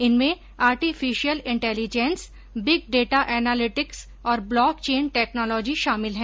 इनमें artificial intelligence big data analytics और blockchain technology शामिल है